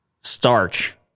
starch